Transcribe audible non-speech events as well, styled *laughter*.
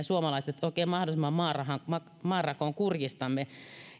*unintelligible* suomalaiset oikein mahdollisimman maan rakoon kurjistamme